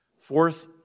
Fourth